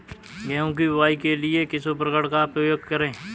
गेहूँ की बुवाई के लिए किस उपकरण का उपयोग करें?